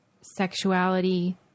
sexuality